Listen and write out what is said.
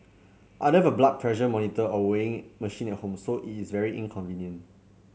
I don't have a blood pressure monitor or weighing machine at home so it is very in convenient